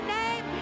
name